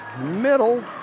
middle